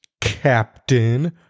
Captain